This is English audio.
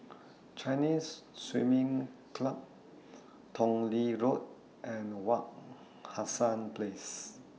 Chinese Swimming Club Tong Lee Road and Wak Hassan Place